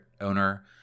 owner